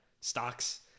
stocks